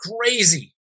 crazy